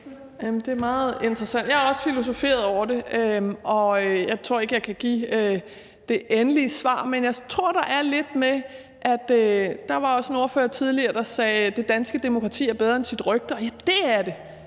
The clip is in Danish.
Det er meget interessant. Jeg har også filosoferet over det, og jeg tror ikke, at jeg kan give det endelige svar. Der var tidligere en ordfører, der sagde, at det danske demokrati er bedre end sit rygte. Og ja, det er det!